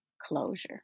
closure